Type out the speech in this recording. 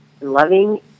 loving